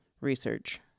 research